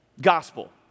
gospel